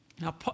Now